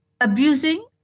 abusing